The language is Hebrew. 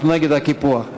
אנחנו נגד הקיפוח.